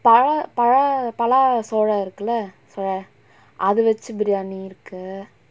பழ பழ பழ சோள இருக்குல சோள அத வெச்சு:pala pala pala sola irukkula sola atha vechu biryani இருக்கு:irukku